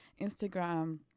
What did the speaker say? instagram